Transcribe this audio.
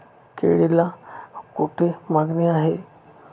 केळीला कोठे मागणी आहे?